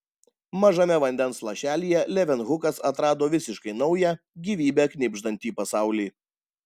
mažame vandens lašelyje levenhukas atrado visiškai naują gyvybe knibždantį pasaulį